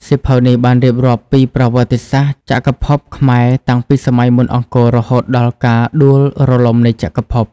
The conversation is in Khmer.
សៀវភៅនេះបានរៀបរាប់ពីប្រវត្តិសាស្ត្រចក្រភពខ្មែរតាំងពីសម័យមុនអង្គររហូតដល់ការដួលរលំនៃចក្រភព។